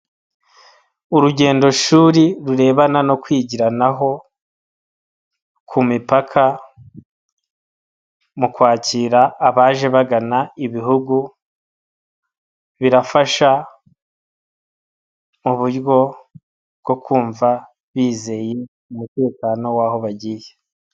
Urugendo shuri rurebana no kwigiranaho ku mipaka mu kwakira abaje bagana ibihugu, birafasha mu buryo bwo kumva bizeye umutekano w'aho bagiye.